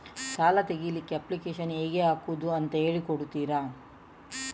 ಸಾಲ ತೆಗಿಲಿಕ್ಕೆ ಅಪ್ಲಿಕೇಶನ್ ಹೇಗೆ ಹಾಕುದು ಅಂತ ಹೇಳಿಕೊಡ್ತೀರಾ?